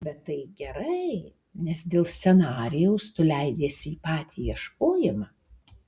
bet tai gerai nes dėl scenarijaus tu leidiesi į patį ieškojimą